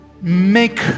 Make